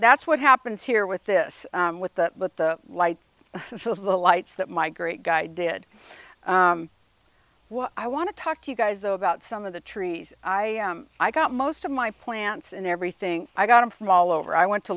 that's what happens here with this with the with the light of the lights that my great guy did what i want to talk to you guys though about some of the trees i am i got most of my plants and everything i got in from all over i went to